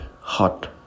hot